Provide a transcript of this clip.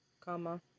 Comma